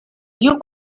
you